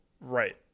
right